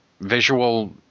visual